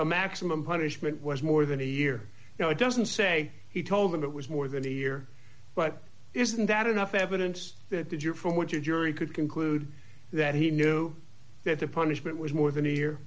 the maximum punishment was more than a year now it doesn't say he told him it was more than a year but isn't that enough evidence that you're from what you're jury could conclude that he knew that the punishment was more than a year